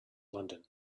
london